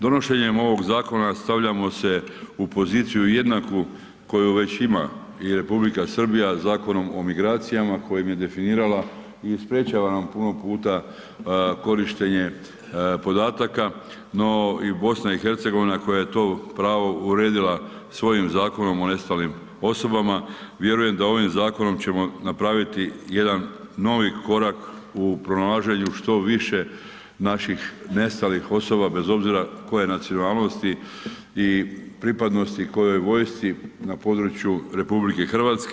Donošenjem ovog zakona stavljamo se u poziciju jednaku koju već ima i Republika Srbija Zakonom o migracijama kojim je definirala i sprječava nam puta korištenje podataka no i BiH koja je to pravo uredila svojim Zakonom o nestalim osobama, vjerujem da ovim zakonom ćemo napraviti jedan novi korak u pronalaženju što više naših nestalih osoba bez obzira koje nacionalnosti i pripadnosti kojoj vojsci na području RH.